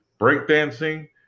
breakdancing